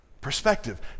perspective